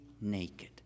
naked